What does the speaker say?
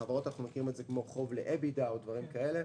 בחברות אנחנו מכירים את זה כחוב ל-Ebida או דברים כאלה.